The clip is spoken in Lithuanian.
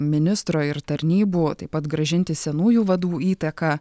ministro ir tarnybų taip pat grąžinti senųjų vadų įtaką